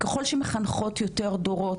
ככל שמחנכות יותר דורות,